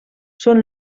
són